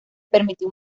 permitió